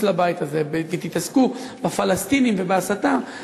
לבית הזה ותתעסקו בפלסטינים ובהסתה,